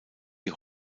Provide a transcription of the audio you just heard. die